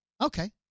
Okay